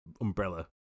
umbrella